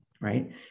right